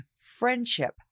friendship